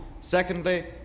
Secondly